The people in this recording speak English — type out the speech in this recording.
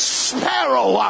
sparrow